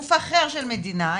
גוף אחר של מדינה,